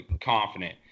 confident